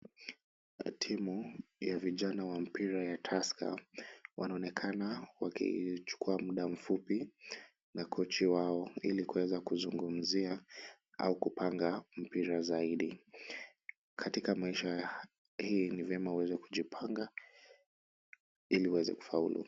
Timu ya vijana wa mpira ya Tasker, wanaonekana wakichukua muda mfupi na kochi wao, ili kuweza kuzungumzia au kupanga mpira zaidi. Katika maisha hii ni vyema uweze kujipanga, ili uweze kufaulu.